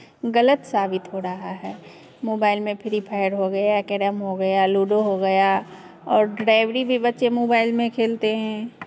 गलत साबित हो रहा है मोबाइल में फ्री फायर हो गया कैरम हो गया लूडो हो गया और ड्राइवरी भी बच्चे मोबाइल में खेलते हैं